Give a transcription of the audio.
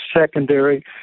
secondary